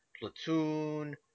Platoon